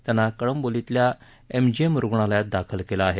त्यांना कळंबोलीतल्या एमजीएम रुग्णालयात दाखल केलं आहे